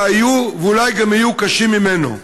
שהיו ואולי גם יהיו קשים ממנו.